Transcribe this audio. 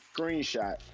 screenshot